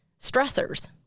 stressors